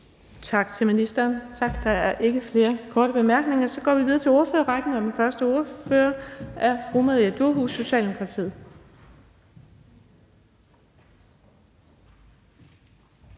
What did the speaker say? Tak til ministeren. Der er ikke flere korte bemærkninger. Så går vi videre til ordførerrækken, og den første ordfører er fru Maria Durhuus, Socialdemokratiet.